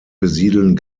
besiedeln